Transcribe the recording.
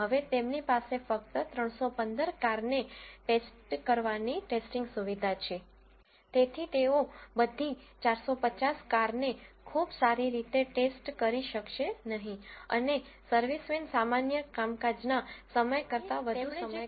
હવે તેમની પાસે ફક્ત 315 કારને ટેસ્ટ કરવાની ટેસ્ટિંગ સુવિધા છે તેથી તેઓ બધી 450 કારને ખૂબ સારી રીતે ટેસ્ટ કરી શકશે નહીં અને સર્વિસમેન સામાન્ય કામકાજના સમય કરતા વધુ સમય કામ કરશે નહીં